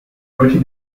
petit